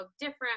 different